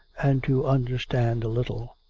and to under stand a little.